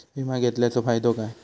विमा घेतल्याचो फाईदो काय?